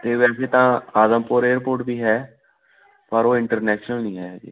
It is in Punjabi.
ਅਤੇ ਵੈਸੇ ਤਾਂ ਆਦਮਪੁਰ ਏਅਰਪੋਰਟ ਵੀ ਹੈ ਪਰ ਉਹ ਇੰਟਰਨੈਸ਼ਨਲ ਨਹੀਂ ਹੈ ਹਜੇ